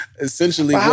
Essentially